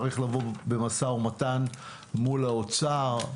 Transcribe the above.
צריך לבוא במשא ומתן מול האוצר.